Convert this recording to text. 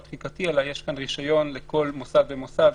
לפעמים אנו כן רואים שיש התקהלויות בקניונים מסוימים,